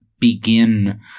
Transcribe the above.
begin